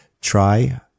try